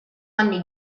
anni